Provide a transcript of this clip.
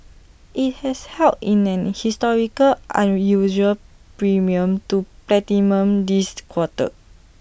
IT has held in A historical unusual premium to platinum this quarter